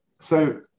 so-